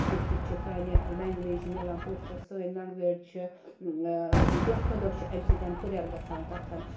امہِ سۭتۍ چھ سانہِ لینٛگویج ملان پۄچھَر سٲنٛۍ لینٛگویج چھِ دۄہ کھۄتہٕ دۄہ چھ امہِ سۭتۍ ہُریٚر گَژھان تَتھَن